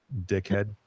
dickhead